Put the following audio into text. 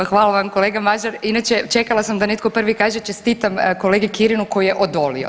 Pa hvala vam kolega Mažar, inače čekala sam da netko prvi kaže čestitam kolegi Kirinu koji je odolio.